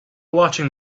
watching